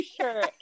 sure